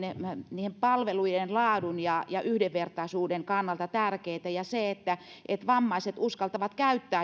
nämä ovat palvelujen laadun ja ja yhdenvertaisuuden kannalta tärkeitä jotta vammaiset uskaltavat käyttää